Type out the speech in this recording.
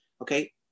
Okay